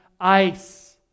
ice